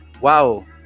Wow